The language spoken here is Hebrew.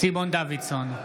סימון דוידסון,